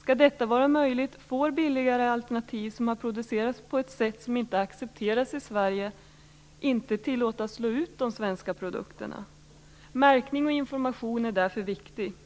Skall detta vara möjligt får billigare alternativ, som har producerats på ett sätt som inte accepteras i Sverige, inte tillåtas slå ut de svenska produkterna. Märkning och information är därför viktigt.